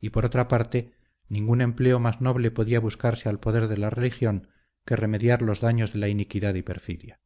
y por otra parte ningún empleo más noble podía buscarse al poder de la religión que remediar los daños de la iniquidad y perfidia